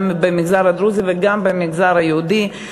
גם במגזר הדרוזי וגם במגזר היהודי.